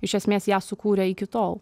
iš esmės ją sukūrė iki tol